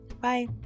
Bye